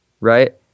right